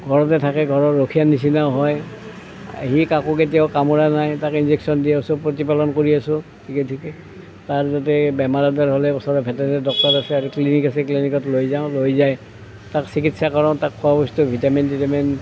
ঘৰতে থাকে ঘৰৰ ৰখীয়াৰ নিচিনাও হয় সি কাকো কেতিয়াও কামোৰা নাই তাক ইনজেকচন দিওঁ চব প্ৰতিপালন কৰি আছোঁ ঠিকে ঠিকে তাৰ যেতিয়া এই বেমাৰ আজাৰ হ'লে ওচৰতে ভেটেৰীনেৰী ডক্তৰ আছে আৰু ক্লিনিক আছে ক্লিনিকত লৈ যাওঁ লৈ যাই তাক চিকিৎসা কৰাওঁ তাক খোৱা বস্তু ভিটামিন চিটামিন